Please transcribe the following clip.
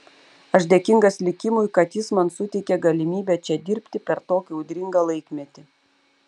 aš dėkingas likimui kad jis man suteikė galimybę čia dirbti per tokį audringą laikmetį